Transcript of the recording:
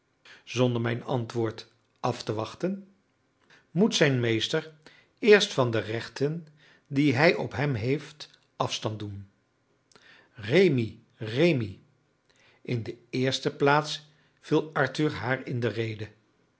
zonder mijn antwoord af te wachten moet zijn meester eerst van de rechten die hij op hem heeft afstand doen rémi rémi in de eerste plaats viel arthur haar in de rede